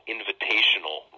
Invitational